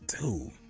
dude